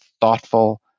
thoughtful